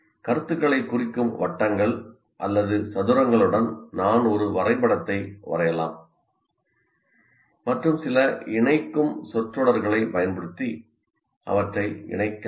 கருத்துக்களைக் குறிக்கும் வட்டங்கள் அல்லது சதுரங்களுடன் நான் ஒரு வரைபடத்தை வரையலாம் மற்றும் சில இணைக்கும் சொற்றொடர்களைப் பயன்படுத்தி அவற்றை இணைக்க முடியும்